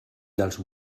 els